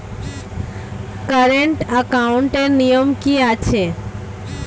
Current একাউন্টের নিয়ম কী আছে?